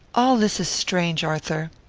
all this is strange, arthur.